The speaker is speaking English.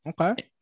Okay